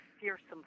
fearsome